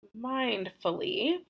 mindfully